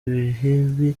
ibibi